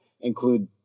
include